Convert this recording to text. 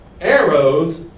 arrows